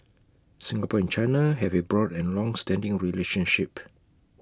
Singapore and China have A broad and longstanding relationship